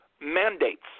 mandates